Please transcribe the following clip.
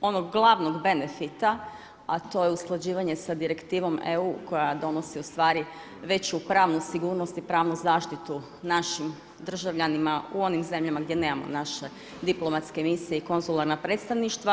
onog glavnog benefita, a to je usklađivanje sa direktivom EU, koja donosi ustvari veću pravnu sigurnost i pravnu zaštitu našim državljanima u onim zemljama gdje nemamo naše diplomatske misije i konzularna predstavništva.